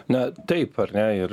na taip ar ne ir